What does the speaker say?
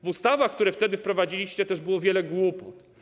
W ustawach, które wtedy wprowadziliście, było też wiele głupot.